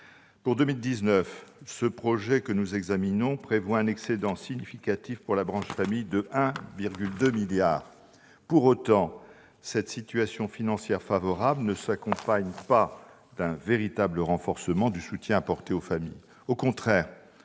de la sécurité sociale prévoit un excédent significatif pour la branche famille de 1,2 milliard d'euros. Pour autant, cette situation financière favorable ne s'accompagne pas d'un véritable renforcement du soutien apporté aux familles.